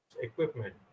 equipment